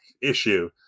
issue